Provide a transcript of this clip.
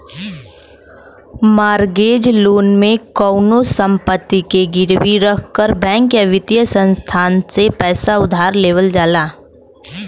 mortgage loan में कउनो संपत्ति के गिरवी रखकर बैंक या वित्तीय संस्थान से पैसा उधार लेवल जाला